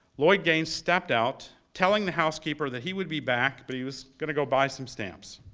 lloyd gaines stepped out telling the housekeeper that he would be back, but he was going to go buy some stamps.